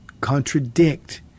contradict